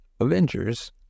Avengers